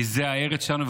כי זו הארץ שלנו,